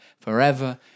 forever